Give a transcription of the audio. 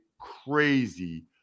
crazy